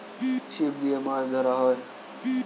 ছিপ দিয়ে মাছ ধরা হয়